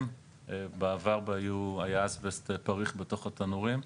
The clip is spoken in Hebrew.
--- (הפרעה של צלצול טלפון) בעבר היה אסבסט פריך בתוך התנורים.